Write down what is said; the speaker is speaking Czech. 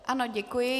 Ano, děkuji.